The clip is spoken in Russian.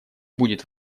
будет